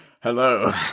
hello